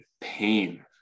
pain